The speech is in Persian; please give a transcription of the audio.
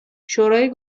شورای